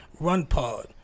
runpod